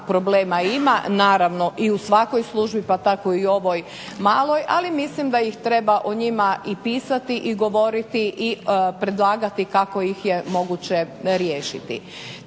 problema ima, naravno i u svakoj službi pa tako i ovoj maloj ali mislim da ih treba o njima i pisati i govoriti i predlagati kako ih je moguće riješiti.